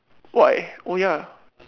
why oh ya